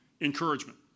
encouragement